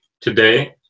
Today